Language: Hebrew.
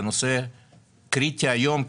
זה נושא קריטי היום,